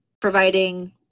providing